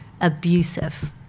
abusive